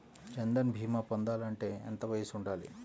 జన్ధన్ భీమా పొందాలి అంటే ఎంత వయసు ఉండాలి?